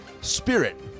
spirit